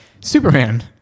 Superman